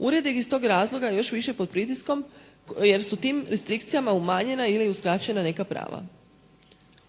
Ured je iz tog razloga još više pod pritiskom jer su tim restrikcijama umanjena ili uskraćena neka prava.